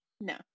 no